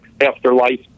afterlife